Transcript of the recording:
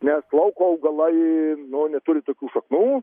nes lauko augalai nu neturi tokių šaknų